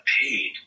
paid